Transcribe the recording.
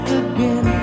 again